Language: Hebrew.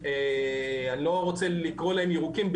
שאני לא רוצה לקרוא להם ירוקים,